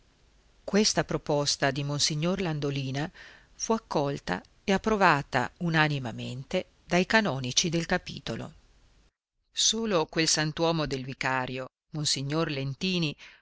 questa proposta di monsignor landolina fu accolta e approvata unanimemente dai canonici del capitolo solo quel sant'uomo del vicario monsignor lentini